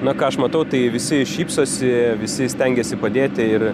na ką aš matau tai visi šypsosi visi stengiasi padėti ir